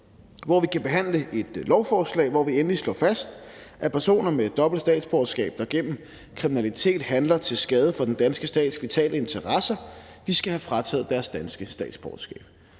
hvor vi kan behandle et lovforslag, hvor vi endelig slår fast, at personer med dobbelt statsborgerskab, der gennem kriminalitet handler til skade for den danske stats vitale interesser, skal have frataget deres danske statsborgerskab,